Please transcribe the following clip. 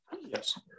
Yes